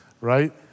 right